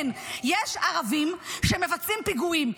כן, יש ערבים שמבצעים פיגועים.